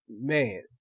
Man